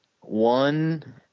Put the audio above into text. one